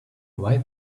why